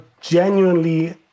genuinely